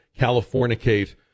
Californicate